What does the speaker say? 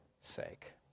sake